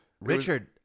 Richard